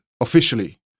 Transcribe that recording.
officially